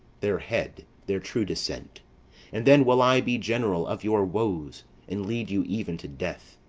their head, their true descent and then will i be general of your woes and lead you even to death.